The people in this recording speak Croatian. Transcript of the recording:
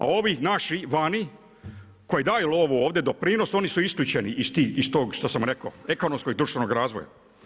A ovi naši vani koji daju lovu ovdje doprinos, oni su isključeni iz tog što sam rekao, ekonomskog i društvenog razvoja.